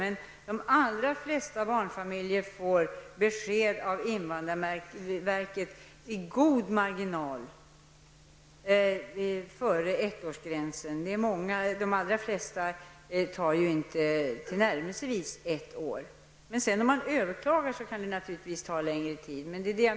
Men de allra flesta barnfamiljer får besked från invandrarverket med god marginal före ettårsgränsen. De allra flesta ärenden tar inte tillnärmelsevis ett år. Om man sedan överklagar kan det naturligtvis ta längre tid.